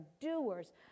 doers